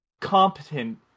competent